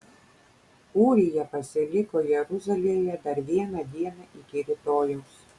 ūrija pasiliko jeruzalėje dar vieną dieną iki rytojaus